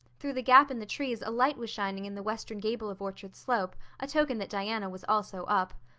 through the gap in the trees a light was shining in the western gable of orchard slope, a token that diana was also up.